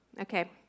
Okay